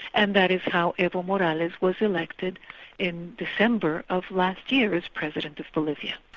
and that is how eva morales was elected in december of last year as president of bolivia.